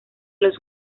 los